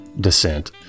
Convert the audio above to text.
descent